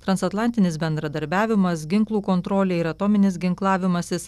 transatlantinis bendradarbiavimas ginklų kontrolė ir atominis ginklavimasis